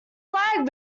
lag